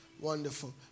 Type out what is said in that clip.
Wonderful